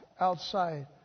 outside